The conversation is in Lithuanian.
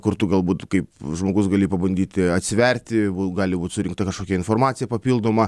kur tu galbūt kaip žmogus gali pabandyti atsiverti gali būt surinkta kažkokia informacija papildoma